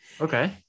Okay